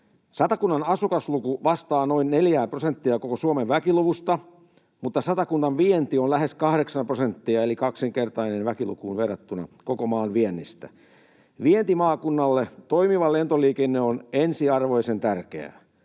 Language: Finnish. Satakunnan asukasluku vastaa noin neljää prosenttia koko Suomen väkiluvusta, mutta Satakunnan vienti on lähes kahdeksan prosenttia koko maan viennistä eli kaksinkertainen väkilukuun verrattuna. Vientimaakunnalle toimiva lentoliikenne on ensiarvoisen tärkeää.